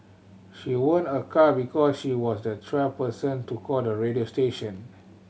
she won a car because she was the twelfth person to call the radio station